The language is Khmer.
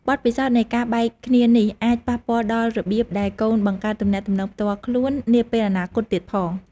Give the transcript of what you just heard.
បទពិសោធន៍នៃការបែកគ្នានេះ អាចប៉ះពាល់ដល់របៀបដែលកូនបង្កើតទំនាក់ទំនងផ្ទាល់ខ្លួននាពេលអនាគតទៀតផង។